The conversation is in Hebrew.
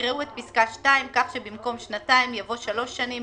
יקראו את פסקה (2) כך שבמקום שנתיים יבוא: שלוש שנים,